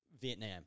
Vietnam